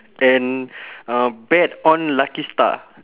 and uh bet on lucky star